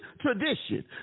tradition